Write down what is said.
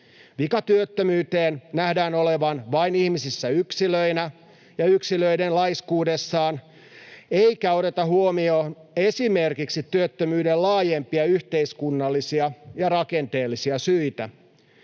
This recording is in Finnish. vian työttömyyteen nähdään olevan vain ihmisissä yksilöinä ja yksilöiden laiskuudessa, eikä oteta huomioon esimerkiksi työttömyyden laajempia yhteiskunnallisia ja rakenteellisia syitä.